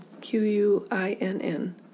Q-U-I-N-N